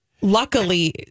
Luckily